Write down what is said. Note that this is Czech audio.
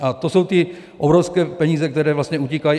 A to jsou ty obrovské peníze, které vlastně utíkají.